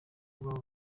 rw’abo